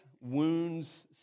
wounds